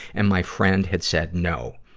and my friend had said no.